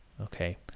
Okay